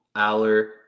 Aller